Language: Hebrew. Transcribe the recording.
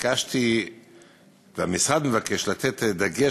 ביקשתי והמשרד מבקש לתת דגש,